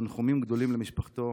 תנחומים גדולים למשפחתו.